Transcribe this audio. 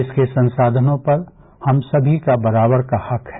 देश के संसाधनों पर हम सभी का बराबर का हक है